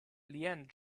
leanne